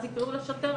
אז יקראו לשוטר